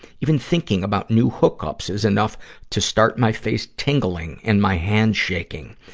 even thinking about new hook-ups is enough to start my face tingling and my hands shaking.